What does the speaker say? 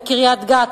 בקריית-גת,